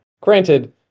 Granted